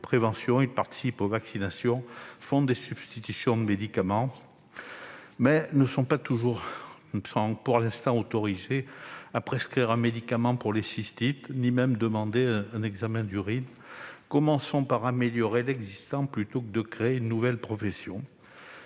qui participent aux vaccinations et font des substitutions de médicaments, mais qui ne sont pas autorisés, pour l'instant, à prescrire un médicament pour les cystites, pas même un examen d'urine. Commençons par améliorer l'existant plutôt que de créer une nouvelle profession